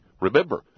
Remember